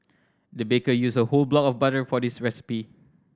the baker used a whole block of butter for this recipe